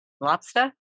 Lobster